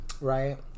Right